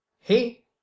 hey